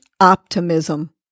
Optimism